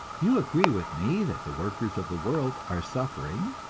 you agree with me that the workers of the world are suffering,